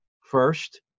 First